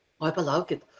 oi palaukit